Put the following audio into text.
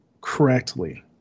correctly